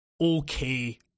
okay